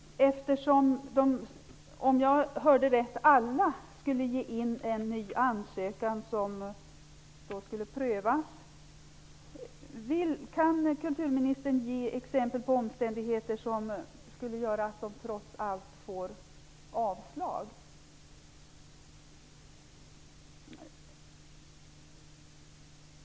Eftersom, om jag hörde rätt, alla skulle lämna in en ny ansökan för prövning undrar jag om kulturministern kan ge exempel på omständigheter som skulle göra att de trots allt får avslag.